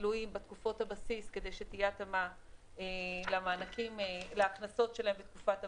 מילואים בתקופות הבסיס כדי שתהיה התאמה להכנסות שלהם בתקופת הבסיס,